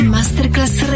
Masterclass